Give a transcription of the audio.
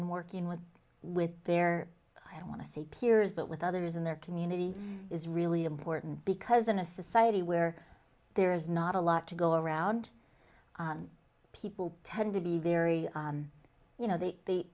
and working with with their i don't want to say peers but with others in their community is really important because in a society where there is not a lot to go around sound people tend to be very you know the they